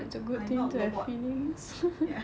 I not robot ya